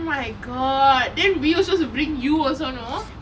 oh my god then we were supposed to bring you also know